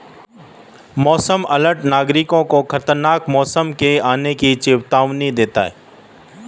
मौसम अलर्ट नागरिकों को खतरनाक मौसम के आने की चेतावनी देना है